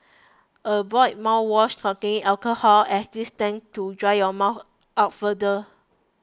avoid mouthwash containing alcohol as this tends to dry your mouth out further